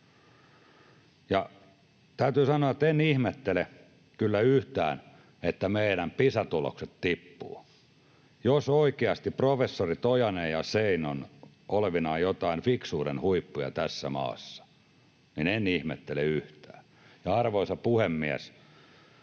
Täytyy sanoa, että en ihmettele kyllä yhtään, että meidän Pisa-tulokset tippuvat, jos oikeasti professorit Ojanen ja Scheinin ovat olevinaan joitain fiksuuden huippuja tässä maassa. En ihmettele yhtään. Arvoisa puhemies!